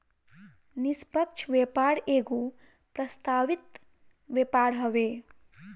निष्पक्ष व्यापार एगो प्रस्तावित व्यापार हवे